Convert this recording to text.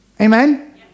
Amen